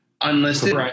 unlisted